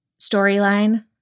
storyline